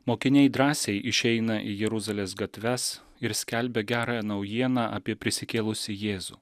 mokiniai drąsiai išeina į jeruzalės gatves ir skelbia gerąją naujieną apie prisikėlusį jėzų